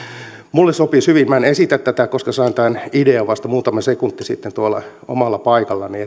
minulle sopisi hyvin minä en esitä tätä koska sain tämän idean vasta muutama sekunti sitten tuolla omalla paikallani